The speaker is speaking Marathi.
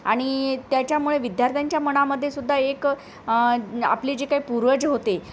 आणि त्याच्यामुळे विद्यार्थ्यांच्या मनामध्ये सुद्धा एक आपली जी काही पूर्वज होते